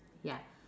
ya